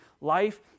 life